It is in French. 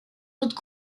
toutes